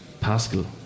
Pascal